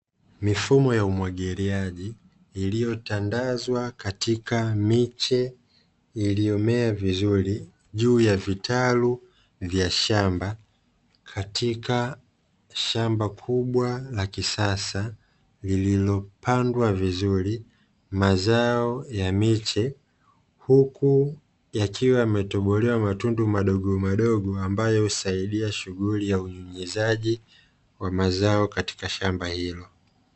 Mifumo ya umwagiliaji iliyotandazwa katika miche iliyomea vizuri, juu ya vitalu vya shamba katika shamba kubwa la kisasa, lililopandwa vizuri mazao ya miche huku yakiwa yametobolewa matundu madogodogo ambayo husaidia shughuli ya unyunyizaji wa mazao katika shamba hilo.